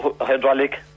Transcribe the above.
hydraulic